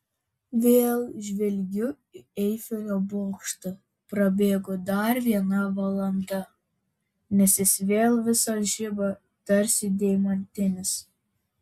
vėl žvelgiu į eifelio bokštą prabėgo dar viena valanda nes jis vėl visas žiba tarsi deimantinis